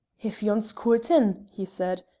if yon's coortin', he said,